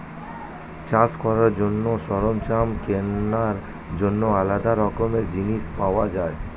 চাষ করার জন্য সরঞ্জাম কেনার জন্য আলাদা রকমের জিনিস পাওয়া যায়